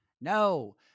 No